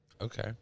Okay